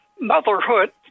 motherhood